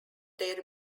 their